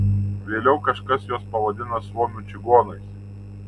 vėliau kažkas juos pavadina suomių čigonais